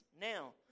Now